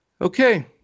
Okay